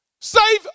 Save